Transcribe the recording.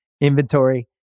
inventory